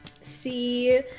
see